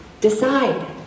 Decide